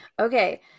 Okay